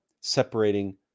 separating